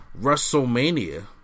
WrestleMania